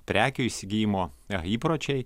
prekių įsigijimo įpročiai